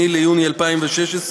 8 ביוני 2016,